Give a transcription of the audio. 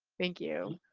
thank you.